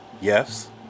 Yes